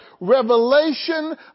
revelation